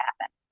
happen